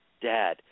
dad